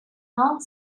not